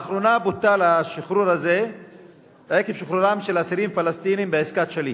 לאחרונה בוטל השחרור הזה עקב שחרורם של אסירים פלסטינים בעסקת שליט,